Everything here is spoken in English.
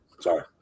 Sorry